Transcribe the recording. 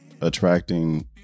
attracting